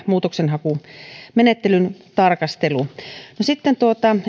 muutoksenhakumenettelyn tarkastelu sitten